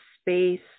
space